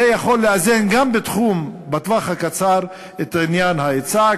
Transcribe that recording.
זה יכול לאזן גם בטווח הקצר את עניין ההיצע.